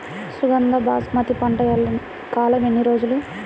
సుగంధ బాస్మతి పంట కాలం ఎన్ని రోజులు?